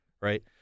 right